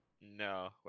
No